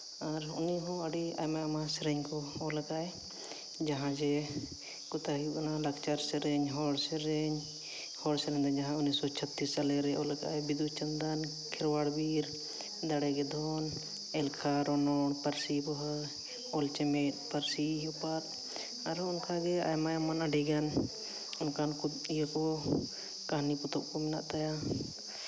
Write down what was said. ᱟᱨ ᱩᱱᱤ ᱦᱚᱸ ᱟᱹᱰᱤ ᱟᱭᱢᱟ ᱟᱭᱢᱟ ᱥᱮᱨᱮᱧ ᱠᱚᱭ ᱚᱞ ᱠᱟᱫ ᱟᱭ ᱡᱟᱦᱟᱸ ᱡᱮ ᱠᱟᱛᱷᱟ ᱦᱩᱭᱩᱜ ᱠᱟᱱᱟ ᱞᱟᱠᱪᱟᱨ ᱥᱮᱨᱮᱧ ᱦᱚᱲ ᱥᱮᱨᱮᱧ ᱦᱚᱲ ᱥᱮᱨᱮᱧ ᱫᱚ ᱡᱟᱦᱟᱸ ᱩᱱᱤᱥᱥᱚ ᱪᱷᱚᱛᱛᱨᱤᱥ ᱥᱟᱞᱮᱨᱮ ᱚᱞ ᱠᱟᱫ ᱟᱭ ᱵᱤᱸᱫᱼᱪᱟᱸᱫᱟᱱ ᱠᱷᱮᱨᱣᱟᱲ ᱵᱤᱨ ᱫᱟᱲᱮ ᱜᱮ ᱫᱷᱚᱱ ᱮᱞᱠᱷᱟ ᱨᱚᱱᱚᱲ ᱯᱟᱹᱨᱥᱤ ᱯᱚᱦᱟ ᱚᱞ ᱪᱮᱢᱮᱫ ᱯᱟᱹᱨᱥᱤ ᱚᱯᱟᱛ ᱟᱨᱚ ᱚᱱᱠᱟ ᱜᱮ ᱟᱭᱢᱟ ᱟᱭᱢᱟ ᱟᱹᱰᱤᱜᱟᱱ ᱚᱱᱠᱟᱱ ᱠᱚ ᱤᱭᱟᱹ ᱠᱚ ᱠᱟᱹᱦᱱᱤ ᱯᱚᱛᱚᱵ ᱠᱚ ᱢᱮᱱᱟᱜ ᱛᱟᱭᱟ